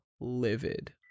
livid